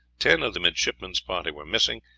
ten of the midshipmen's party were missing,